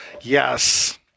Yes